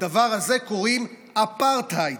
לדבר הזה קוראים אפרטהייד.